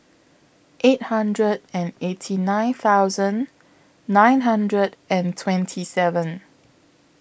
eight hundred and eighty nine thousand nine hundred and twenty seven